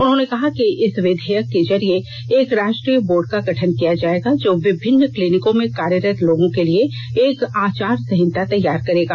उन्होंने कहा कि इस विधेयक के जरिए एक राष्ट्रीय बोर्ड का गठन किया जायेगा जो विभिन्न क्लिनिकों में कार्यरत लोगों के लिए एक आचार संहिता तैयार करेगा